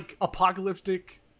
apocalyptic